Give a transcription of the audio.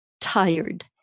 tired